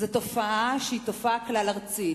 זאת תופעה כלל-ארצית.